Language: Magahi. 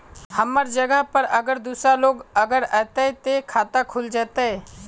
हमर जगह पर अगर दूसरा लोग अगर ऐते ते खाता खुल जते?